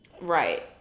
Right